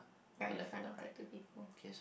right in front of the two people